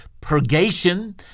purgation